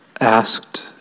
asked